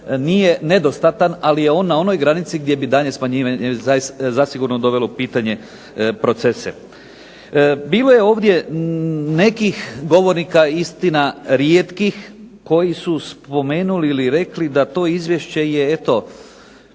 nije nedostatan ali je on na granici gdje bi daljnje smanjivanje zaista dovelo u pitanje procese. Bilo je ovdje nekih govornika, istina rijetkih koji su spomenuli ili rekli da je to izvješće